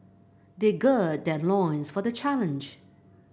they gird their loins for the challenge